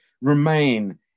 remain